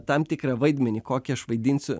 tam tikrą vaidmenį kokį aš vaidinsiu